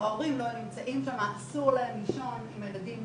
ההורים לא נמצאים שם, אסור להם לישון עם הילדים.